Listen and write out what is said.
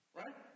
right